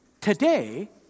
Today